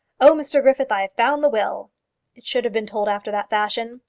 oh, mr griffith, i have found the will! it should have been told after that fashion.